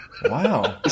Wow